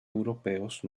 europeos